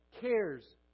cares